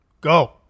Go